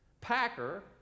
packer